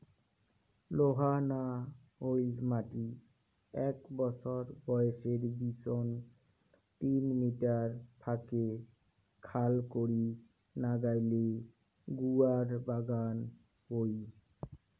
লোহা না হই মাটি এ্যাক বছর বয়সের বিচোন তিন মিটার ফাকে খাল করি নাগাইলে গুয়ার বাগান হই